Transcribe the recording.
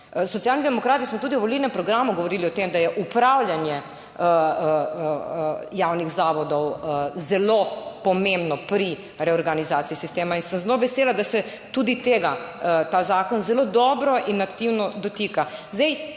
Socialni demokrati smo tudi v volilnem programu govorili o tem, da je upravljanje javnih zavodov zelo pomembno pri reorganizaciji sistema. In sem zelo vesela, da se tudi tega ta zakon zelo dobro in aktivno dotika.